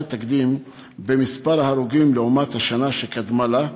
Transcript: תקדים במספר ההרוגים לעומת השנה שקדמה לה.